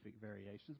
variations